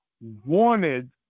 wanted